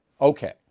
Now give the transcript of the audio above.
Okay